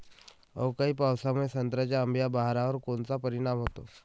अवकाळी पावसामुळे संत्र्याच्या अंबीया बहारावर कोनचा परिणाम होतो?